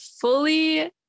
fully